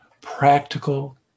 practical